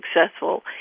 successful